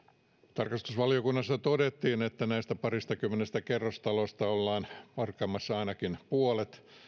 tarkastusvaliokunnassa todettiin että näistä paristakymmenestä kerrostalosta ollaan purkamassa ainakin puolet